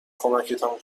کمکتان